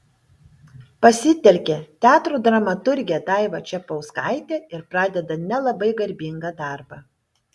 pasitelkia teatro dramaturgę daivą čepauskaitę ir pradeda nelabai garbingą darbą